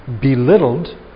belittled